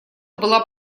была